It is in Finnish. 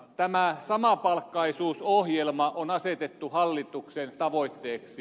tämä samapalkkaisuusohjelma on asetettu hallituksen tavoitteeksi